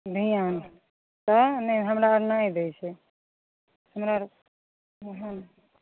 ध्यान तऽ नहि हमरा आर नहि दै छै हमरा आर ओहए ने